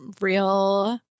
real